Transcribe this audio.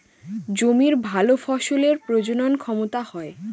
জমির ভালো ফসলের প্রজনন ক্ষমতা হয়